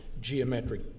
geometric